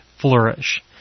flourish